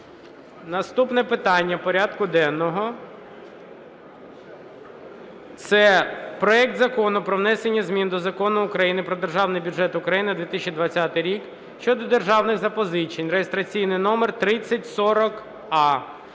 Наступне питання порядку денного – це проект Закону про внесення змін до Закону України "Про Державний бюджет України на 2020 рік" щодо державних запозичень (реєстраційний номер 3040а).